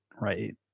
right